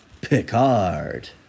Picard